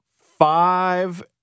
five